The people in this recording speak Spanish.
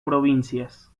provincias